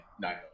nine